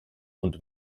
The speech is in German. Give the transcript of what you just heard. und